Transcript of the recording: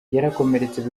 yarakomeretse